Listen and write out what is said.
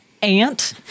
aunt